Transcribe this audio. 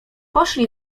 poszli